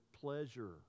pleasure